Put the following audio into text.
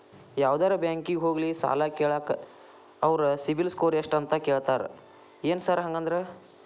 ಯಾವದರಾ ಬ್ಯಾಂಕಿಗೆ ಹೋಗ್ಲಿ ಸಾಲ ಕೇಳಾಕ ಅವ್ರ್ ಸಿಬಿಲ್ ಸ್ಕೋರ್ ಎಷ್ಟ ಅಂತಾ ಕೇಳ್ತಾರ ಏನ್ ಸಾರ್ ಹಂಗಂದ್ರ?